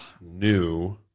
new